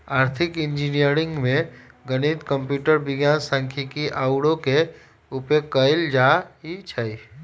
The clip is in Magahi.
आर्थिक इंजीनियरिंग में गणित, कंप्यूटर विज्ञान, सांख्यिकी आउरो के उपयोग कएल जाइ छै